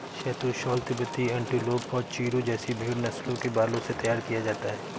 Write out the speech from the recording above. शहतूश shawl तिब्बती antelope और चिरु जैसी भेड़ नस्लों के बालों से तैयार किया जाता है